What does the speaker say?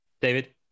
David